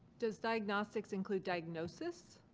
does diagnostics include diagnosis?